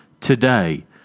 Today